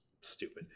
stupid